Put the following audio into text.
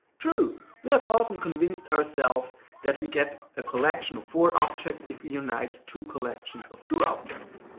true, we have often convinced ourselves that we get a collection of four objects if we unite two collections of two objects,